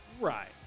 Right